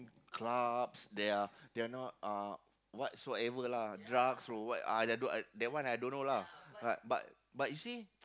clubs they are they are not uh whatsoever lah drugs or what uh that do that one I don't know lah but but but you see